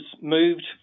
moved